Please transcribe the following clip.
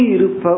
rupa